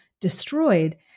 destroyed